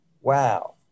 wow